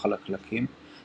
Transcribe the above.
או חלקלקים,